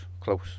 close